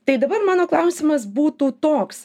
tai dabar mano klausimas būtų toks